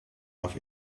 auf